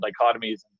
dichotomies